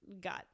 got